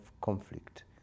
conflict